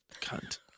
Cunt